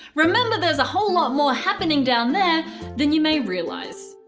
remember there's a whole lot more happening down there than you may realise.